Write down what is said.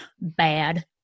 bad